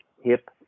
hip